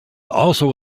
also